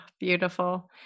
beautiful